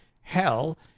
hell